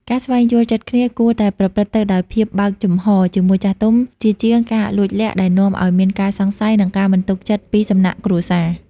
ការស្វែងយល់ចិត្តគ្នាគួរតែប្រព្រឹត្តទៅដោយ "ភាពបើកចំហ" ជាមួយចាស់ទុំ ជាជាងការលួចលាក់ដែលនាំឱ្យមានការសង្ស័យ និងការមិនទុកចិត្តពីសំណាក់គ្រួសារ។